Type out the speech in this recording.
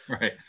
right